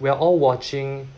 we're all watching